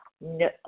no